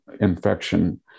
infection